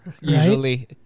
usually